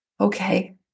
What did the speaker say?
okay